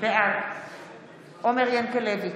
בעד עומר ינקלביץ'